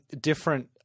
different